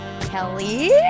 Kelly